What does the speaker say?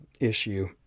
issue